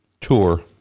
tour